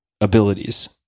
abilities